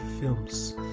films